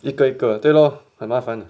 一个个对 lor 很麻烦